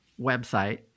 website